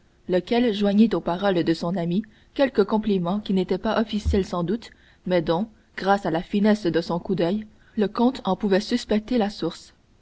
lequel joignit aux paroles de son ami quelques compliments qui n'étaient pas officiels sans doute mais dont grâce à la finesse de son coup d'oeil le comte ne pouvait suspecter la source